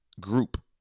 group